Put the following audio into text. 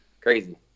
Crazy